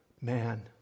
man